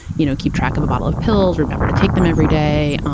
you know, keep track of a bottle of pills, remember to take them every day.